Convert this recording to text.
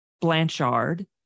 Blanchard